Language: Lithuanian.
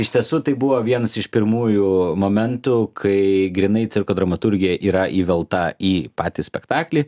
iš tiesų tai buvo vienas iš pirmųjų momentų kai grynai cirko dramaturgija yra įvelta į patį spektaklį